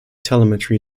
telemetry